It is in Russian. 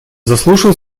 заслушал